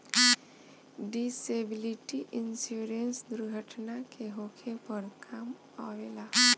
disability insurance दुर्घटना के होखे पर काम अवेला